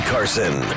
Carson